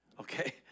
Okay